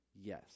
yes